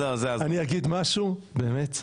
אני אגיד משהו באמת,